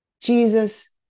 Jesus